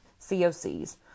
COCs